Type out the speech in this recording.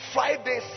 Friday